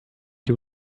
you